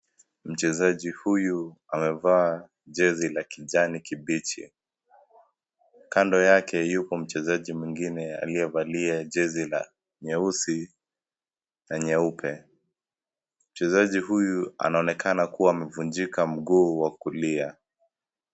Mchezaji huyu amevaa jezi la kijani kibichi. Kando yake yuko mchezaji mwingine aliyevalia jezi la nyeusi na nyeupe .Mchezaji huyu anaonekana kuwa amevunjika, mguu wa kulia.